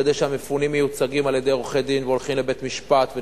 כשהמפונים מיוצגים על-ידי עורכי-דין והולכים לבית-משפט,